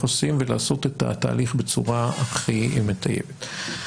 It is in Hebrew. עושים ולעשות את התהליך בצורה הכי מטייבת.